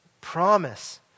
promise